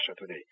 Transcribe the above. today